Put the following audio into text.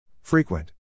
Frequent